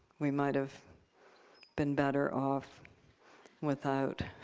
we might have been better off without.